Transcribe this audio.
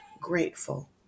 grateful